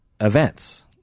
events